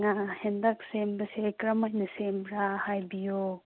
ꯉꯥ ꯍꯦꯟꯇꯥꯛ ꯁꯦꯝꯕꯁꯦ ꯀꯔꯝ ꯍꯥꯏꯅ ꯁꯦꯝꯕ꯭ꯔꯥ ꯍꯥꯏꯕꯤꯌꯣ